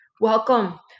Welcome